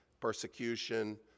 persecution